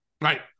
Right